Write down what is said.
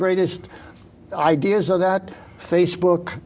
greatest ideas are that facebook